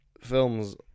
films